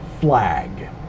flag